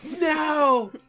No